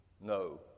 No